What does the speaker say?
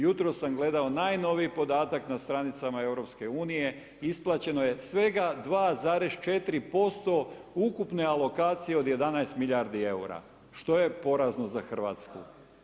Jutros sam gledao najnoviji podatak na stranicama EU, isplaćeno je svega 2,4% ukupne alokacije od 11 milijardi eura, što je porazno za Hrvatsku.